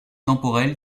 temporel